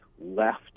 left